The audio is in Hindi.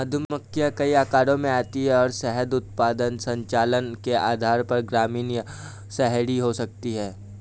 मधुमक्खियां कई आकारों में आती हैं और शहद उत्पादन संचालन के आधार पर ग्रामीण या शहरी हो सकती हैं